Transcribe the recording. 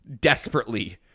desperately